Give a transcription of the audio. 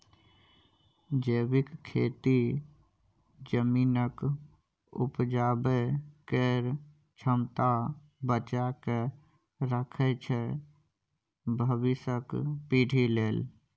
जैबिक खेती जमीनक उपजाबै केर क्षमता बचा कए राखय छै भबिसक पीढ़ी लेल